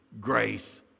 grace